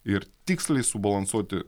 ir tiksliai subalansuoti